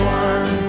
one